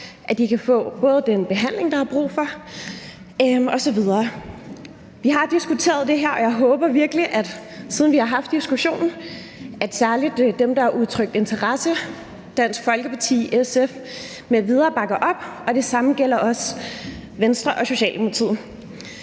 at de kan få den behandling, der er brug for osv. Vi har diskuteret det her, og jeg håber virkelig, at særlig dem, der har udtrykt interesse, siden vi har haft diskussionen – Dansk Folkeparti, SF m.v. – bakker op, og det samme gælder også Venstre og Socialdemokratiet.